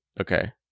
okay